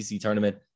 tournament